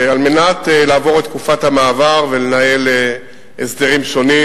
על מנת לעבור את תקופת המעבר ולנהל הסדרים שונים.